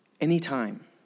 Anytime